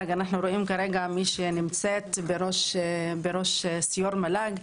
רואים כרגע מי שנמצאת בראש סיו"ר מל"ג,